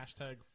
Hashtag